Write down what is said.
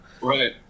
right